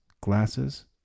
glasses